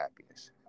happiness